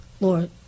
Lord